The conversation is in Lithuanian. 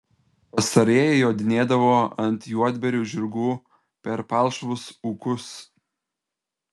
pastarieji jodinėdavo ant juodbėrių žirgų per palšvus ūkus